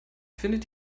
findet